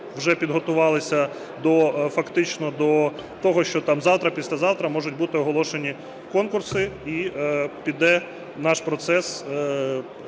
вже підготувалися фактично до того, що завтра, післязавтра можуть бути оголошені конкурси, і піде наш процес